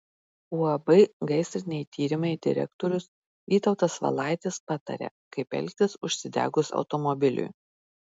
uab gaisriniai tyrimai direktorius vytautas valaitis pataria kaip elgtis užsidegus automobiliui